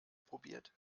probiert